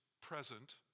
present